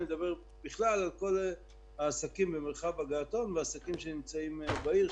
אני מדבר בכלל על כל העסקים במרחב בגעתון והעסקים שנמצאים בעיר,